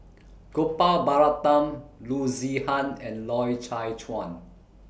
Gopal Baratham Loo Zihan and Loy Chye Chuan